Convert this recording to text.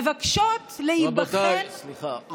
מבקשות להיבחן, סליחה.